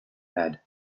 had